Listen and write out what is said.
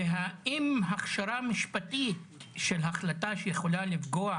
והאם הכשרה משפטית של החלטה שיכולה לפגוע